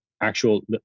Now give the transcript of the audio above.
actual